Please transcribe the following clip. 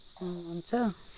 हुन्छ